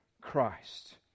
Christ